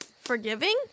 Forgiving